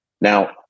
Now